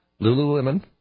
Lululemon